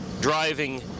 driving